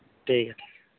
ᱴᱷᱤᱠ ᱜᱮᱭᱟ